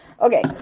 Okay